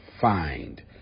find